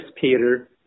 Peter